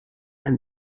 and